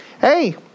Hey